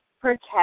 protect